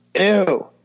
Ew